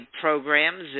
programs